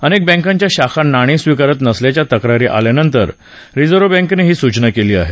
अनेक बँकांच्या शाखा नाणी स्वीकारत नसल्याच्या तक्रारी आल्यानंतर रिझर्व बँकेनं ही सूचना केली आहे